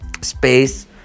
space